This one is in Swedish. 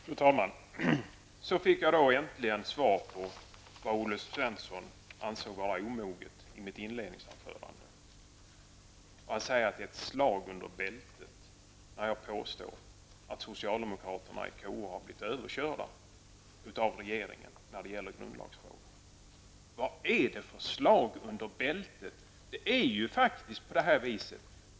Fru talman! Så fick jag då äntligen svar på vad Olle Svensson ansåg vara omoget i mitt inledningsanförande. Han säger att det är ett slag under bältet när jag påstår att socialdemokraterna i KU har blivit överkörda av regeringen i grundlagsfrågor. Vad är det för slag under bältet? Det är ju precis som jag har sagt.